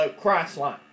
Christ-like